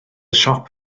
siop